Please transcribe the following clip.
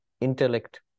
intellect